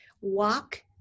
walk